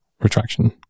retraction